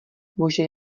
bože